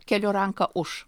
keliu ranką už